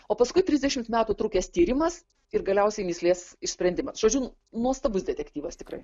o paskui trisdešimt metų trukęs tyrimas ir galiausiai mįslės išsprendimas žodžiu nuostabus detektyvas tikrai